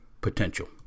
potential